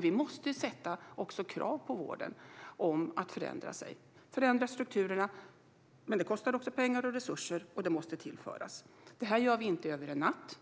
Vi måste ställa krav på vården när det gäller att förändra sig och att förändra strukturerna. Även detta kostar dock pengar och kräver resurser, som måste tillföras. Detta gör vi inte över en natt.